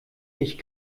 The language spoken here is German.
ich